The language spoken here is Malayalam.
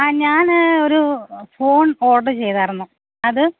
അ ഞാൻ ഒരു ഫോൺ ഓഡർ ചെയ്തായിരുന്നു അത്